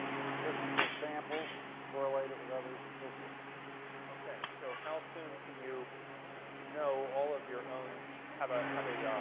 statistical samples, correlate it with others, and so forth. page okay, so how soon can you know all of your own so have ah have a